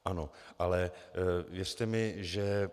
Ano, ale věřte mi, že